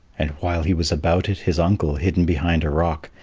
and while he was about it, his uncle, hidden behind a rock,